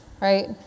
right